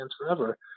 forever